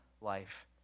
life